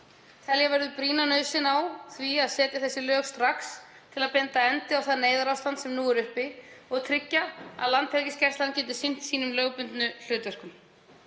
Telja verður brýna nauðsyn á því að setja þessi lög strax til að binda enda á það neyðarástand sem nú er uppi og tryggja að Landhelgisgæslan geti sinnt sínum lögbundnu hlutverkum.